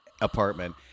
apartment